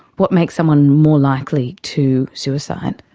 what makes someone more likely to suicide?